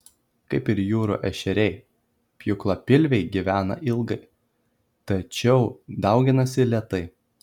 kaip ir jūrų ešeriai pjūklapilviai gyvena ilgai tačiau dauginasi lėtai